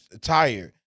tired